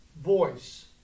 voice